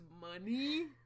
Money